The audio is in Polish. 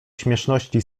śmieszności